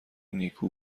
نیکو